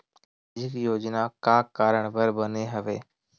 सामाजिक योजना का कारण बर बने हवे?